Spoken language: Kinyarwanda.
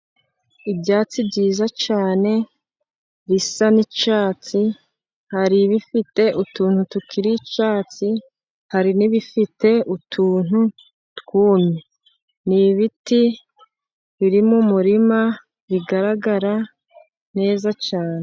Ibyatsi byiza cyane bisa n'icyatsi, hari ibifite utuntu tukiri icyatsi, hari n'ibifite utuntu twumye. Ni ibiti biri mu murima bigaragara neza cyane.